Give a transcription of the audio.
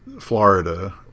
Florida